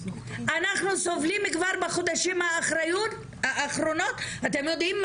אנחנו סובלים כבר בחודשים האחרונים, אתם יודעים.